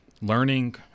learning